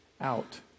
out